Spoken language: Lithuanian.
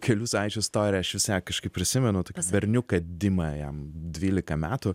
kelių savaičių istorija aš vis ją kažkaip prisimenu berniuką dimą jam dvylika metų